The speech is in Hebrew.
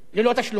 ללא תשלומים.